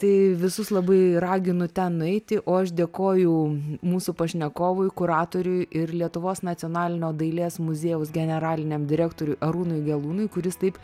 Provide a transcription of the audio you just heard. tai visus labai raginu ten nueiti o aš dėkoju mūsų pašnekovui kuratoriui ir lietuvos nacionalinio dailės muziejaus generaliniam direktoriui arūnui gelūnui kuris taip